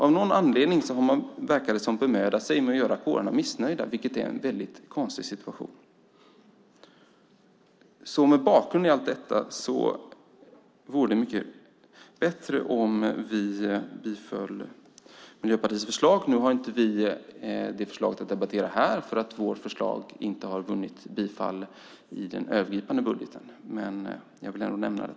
Av någon anledning verkar det som om man bemödat sig om att göra kårerna missnöjda, vilket är en väldigt konstig situation. Mot bakgrund av allt detta vore det mycket bättre om vi biföll Miljöpartiets förslag. Nu är detta inte klart att debattera här eftersom vårt förslag inte har vunnit bifall i den övergripande budgeten. Men jag vill ändå nämna det.